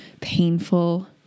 painful